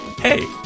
Hey